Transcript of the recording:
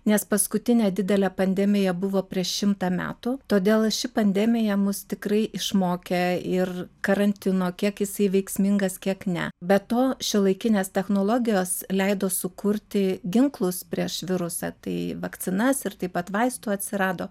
nes paskutinė didelė pandemija buvo prieš šimtą metų todėl ši pandemija mus tikrai išmokė ir karantino kiek jisai veiksmingas kiek ne be to šiuolaikinės technologijos leido sukurti ginklus prieš virusą tai vakcinas ir taip pat vaistų atsirado